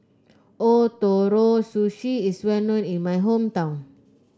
Ootoro Sushi is well known in my hometown